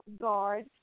guard